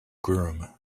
groom